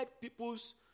people's